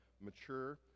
mature